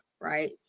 Right